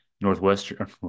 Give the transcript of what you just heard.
northwestern